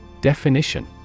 Definition